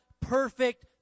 perfect